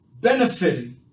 benefiting